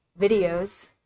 videos